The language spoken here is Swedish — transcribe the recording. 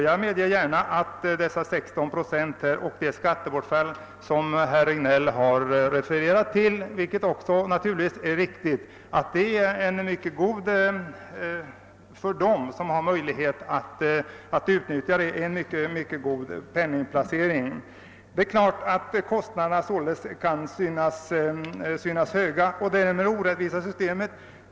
Jag medger gärna att dessa 16 procent och det skattebortfall som herr Regnéll påvisade skulle komma att uppstå — det är naturligtvis alldeles riktigt — utgör en mycket god penningplacering för dem som har möjlighet att utnyttja den. Det är klart att kostnaderna kan synas höga och att det är ett orättvist system.